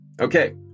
Okay